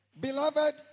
Beloved